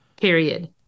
period